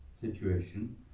situation